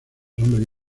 hombres